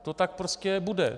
To tak prostě bude.